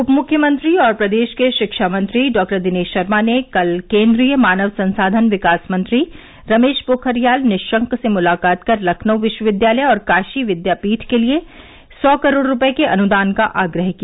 उप मुख्यमंत्री और प्रदेश के शिक्षा मंत्री डॉ दिनेश शर्मा ने कल केंद्रीय मानव संसाधन विकास मंत्री रमेश पोखरियाल निशंक से मुलाकात कर लखनऊ विश्वविद्यालय और काशी विद्यापीठ के लिए सौ करोड़ रूपये के अनुदान का आग्रह किया